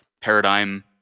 paradigm